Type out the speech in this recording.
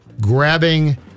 grabbing